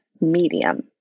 medium